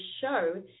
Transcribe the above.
show